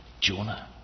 Jonah